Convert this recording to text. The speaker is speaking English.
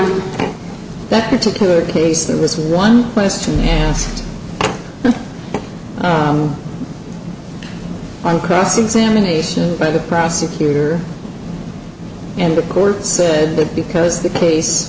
during that particular case there was one question on cross examination by the prosecutor and the court said that because the